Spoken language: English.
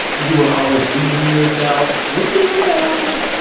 you were always injuring yourself. were you really that awkward?